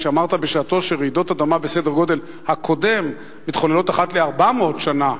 שאמרת בשעתו שרעידות אדמה בסדר גודל הקודם מתחוללות אחת ל-400 שנה.